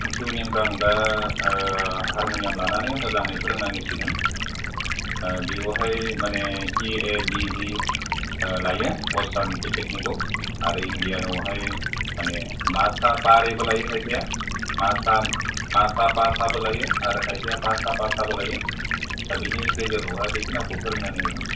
तिउनिंखौ आं दा हारिमुनियाम लानानै मोजाङै फोरोंनानै होसिगोन बेवहाय माने इ ए दि जि लायो अवेसतारन तेपिकनिकआव आरो इन्डियान आवहाय माने मा सा पा रे बो लायो खायफाया मा सा पा सा बो लायो आरो खायफाया पा सा पा सा बो लायो दा बेनि गेजेरावहाय बेखिनियाखौ फोरोंनानै होगोन